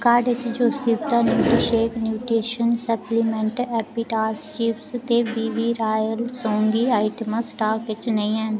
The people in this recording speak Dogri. कार्ट चा योस्विता न्यूट्रीशेक न्यूट्रीशन सप्लीमैंट एपिटास चिप्स ते बी बी रायल सौंगी आइटमां स्टाक च नेईं हैन